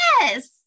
Yes